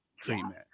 treatment